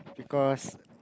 because